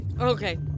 Okay